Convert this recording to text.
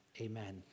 amen